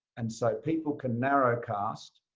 and so people can narrowcast.